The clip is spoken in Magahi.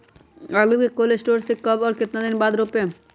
आलु को कोल शटोर से ले के कब और कितना दिन बाद रोपे?